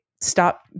stop